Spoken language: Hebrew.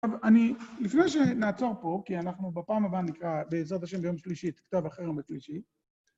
טוב, לפני שנעצור פה, כי אנחנו בפעם הבאה נקרא בעזרת השם ביום שלישי את כתב החרם בשלישית,